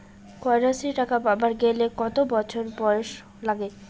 কন্যাশ্রী টাকা পাবার গেলে কতো বছর বয়স লাগে?